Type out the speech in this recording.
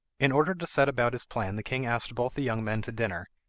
in order to set about his plan the king asked both the young men to dinner,